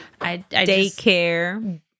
Daycare